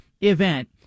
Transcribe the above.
event